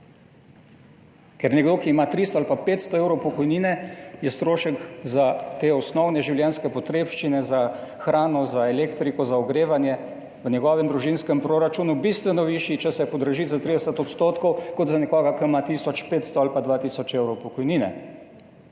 Ker nekdo, ki ima 300 ali pa 500 evrov pokojnine, je strošek za te osnovne življenjske potrebščine, za hrano, za elektriko, za ogrevanje v njegovem družinskem proračunu bistveno višji, če se podraži za 30 %, kot za nekoga, ki ima tisoč 500 ali pa dva tisoč evrov pokojnine.